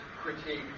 critique